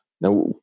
Now